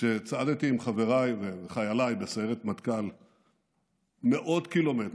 כשצעדתי עם חבריי וחייליי בסיירת מטכ"ל מאות קילומטרים,